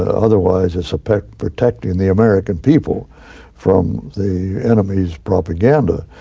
otherwise, it's protecting protecting the american people from the enemy's propaganda,